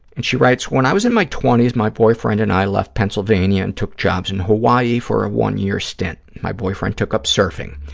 and she writes, when i was in my twenty s, my boyfriend and i left pennsylvania and took jobs in hawaii for a one-year stint. my boyfriend took up surfing.